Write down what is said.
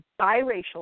biracial